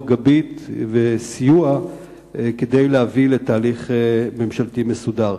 גבית וסיוע כדי להביא לתהליך ממשלתי מסודר.